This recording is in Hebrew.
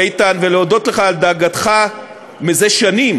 איתן, ולהודות לך על דאגתך זה שנים